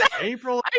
April